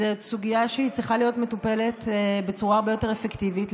זאת סוגיה שצריכה להיות מטופלת בצורה הרבה יותר אפקטיבית.